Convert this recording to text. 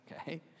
okay